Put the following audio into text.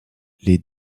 les